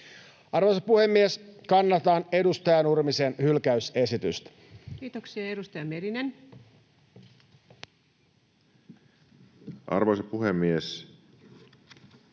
Arvoisa puhemies! Kannatan edustaja Nurmisen hylkäysesitystä. Kiitoksia. — Edustaja Lindén. Arvoisa rouva puhemies!